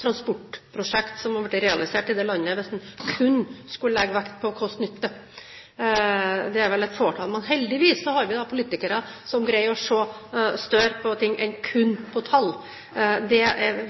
transportprosjekter som ble realisert her i landet hvis en kun skulle legge vekt på kost–nytte. Det hadde vært et fåtall. Heldigvis har vi politikere som greier å se større på ting enn kun på tall. Det